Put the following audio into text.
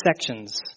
sections